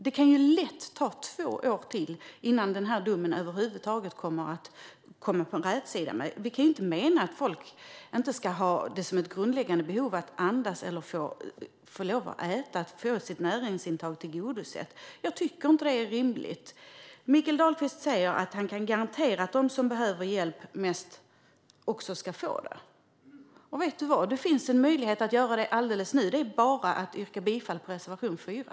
Det kan lätt ta två år till innan vi över huvud taget får rätsida på den här domen. Vi kan ju inte mena att det inte är ett grundläggande behov för folk att andas eller äta, det vill säga få sitt näringsbehov tillgodosett. Jag tycker inte att det är rimligt. Mikael Dahlqvist säger att han kan garantera att de som mest behöver hjälp också ska få det. Vet du vad - det finns en möjlighet att göra det nu. Det är bara att yrka bifall till reservation 4.